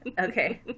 Okay